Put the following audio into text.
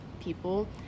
people